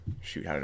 shoot